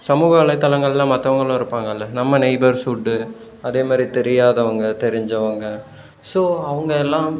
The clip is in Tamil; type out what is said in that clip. சமூக வலைத்தளங்களில் மற்றவங்களும் இருப்பாங்கல்ல நம்ம நெய்பர்ஸ்வுட்டு அதேமாதிரி தெரியாதவங்கள் தெரிஞ்சவங்கள் ஸோ அவங்க எல்லாம்